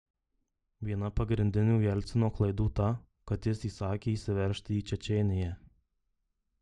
viena pagrindinių jelcino klaidų ta kad jis įsakė įsiveržti į čečėniją